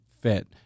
fit